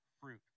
fruit